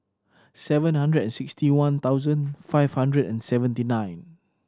seven hundred and sixty one thousand five hundred and seventy nine